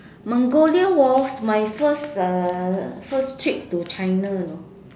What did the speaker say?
Mongolia was my first uh first trip to China you know